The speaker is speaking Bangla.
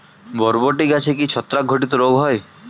বরবটি গাছে কি ছত্রাক ঘটিত রোগ হয়?